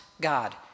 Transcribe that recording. God